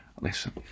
listen